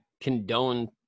condone